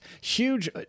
huge